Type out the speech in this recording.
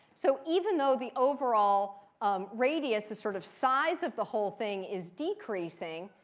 so even though the overall um radius, the sort of size of the whole thing is decreasing,